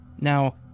Now